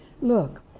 Look